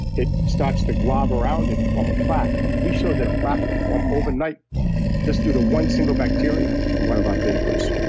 it starts to glob around it and form a plaque. we showed that a plaque can form overnight just due to one single bacteria, in one of our papers.